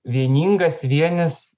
vieningas vienis